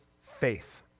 faith